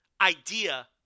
idea